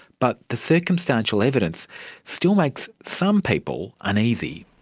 but the circumstantial evidence still makes some people uneasy.